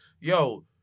yo